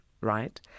right